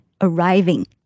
arriving